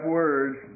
words